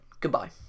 Goodbye